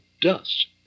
dust